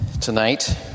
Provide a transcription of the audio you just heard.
tonight